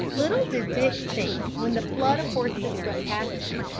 little did dick think, when the flood of horses swept past him,